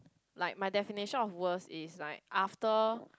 like my definition of worst is like after